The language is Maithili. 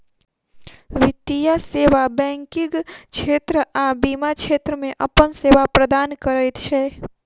वित्तीय सेवा बैंकिग क्षेत्र आ बीमा क्षेत्र मे अपन सेवा प्रदान करैत छै